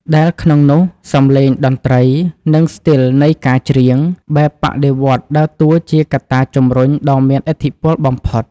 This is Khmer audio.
ដែលក្នុងនោះ សម្លេងតន្ត្រី និង ស្ទីលនៃការច្រៀង បែបបដិវត្តន៍ដើរតួជាកត្តាជម្រុញដ៏មានឥទ្ធិពលបំផុត។